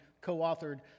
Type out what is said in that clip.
co-authored